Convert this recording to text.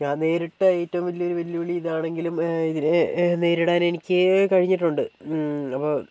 ഞാൻ നേരിട്ട ഏറ്റവും വലിയൊരു വെല്ലുവിളി ഇതാണെങ്കിലും നേരിടാൻ എനിക്ക് കഴിഞ്ഞിട്ടുണ്ട് അപ്പോൾ